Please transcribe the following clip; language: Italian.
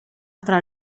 tra